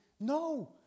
No